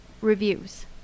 reviews